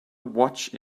watch